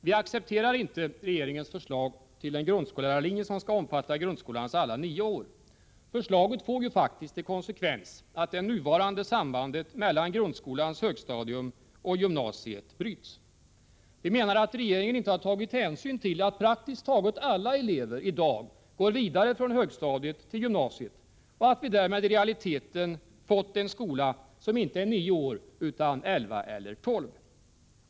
Vi accepterar inte regeringens förslag till en grundskollärarlinje som skall omfatta grundskolans alla nio år. Förslaget får ju faktiskt som konsekvens att det nuvarande sambandet mellan grundskolans högstadium och gymnasiet bryts. Vi menar att regeringen inte har tagit hänsyn till att praktiskt taget alla elever i dag går vidare från högstadiet till gymnasiet och att vi därmed i realiteten har fått en skola som inte omfattar nio år utan elva eller tolv.